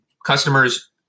Customers